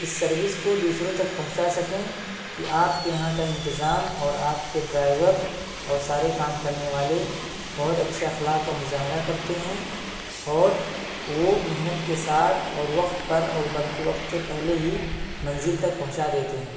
اس service کو دوسروں تک پہنچا سکیں کہ آپ کے یہاں کا انتظام اور آپ کے ڈرائیور اور سارے کام کرنے والے بہت اچّھے اخلاق کا مظاہرہ کرتے ہیں اور وہ محنت کے ساتھ اور وقت پر اور بلکہ وقت سے پہلے ہی منزل تک پہنچا دیتے ہیں